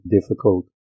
difficult